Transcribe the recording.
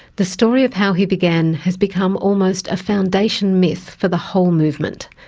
the story of how he began has become almost a foundation myth for the whole movement,